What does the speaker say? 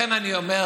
לכן אני אומר,